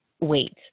wait